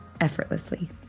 effortlessly